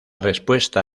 respuesta